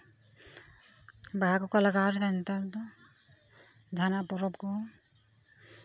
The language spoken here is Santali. ᱵᱟᱦᱟ ᱠᱚᱠᱚ ᱞᱟᱜᱟᱣᱮᱫᱟ ᱱᱮᱛᱟᱨ ᱫᱚ ᱡᱟᱦᱟᱱᱟᱜ ᱯᱚᱨᱚᱵᱽ ᱠᱚ